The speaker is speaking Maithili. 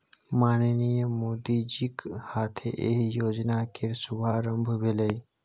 माननीय मोदीजीक हाथे एहि योजना केर शुभारंभ भेलै